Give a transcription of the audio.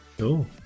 Cool